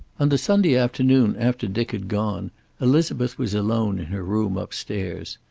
on the sunday afternoon after dick had gone elizabeth was alone in her room upstairs.